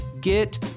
get